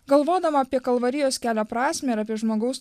galvodama apie kalvarijos kelio prasmę ir apie žmogaus